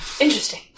Interesting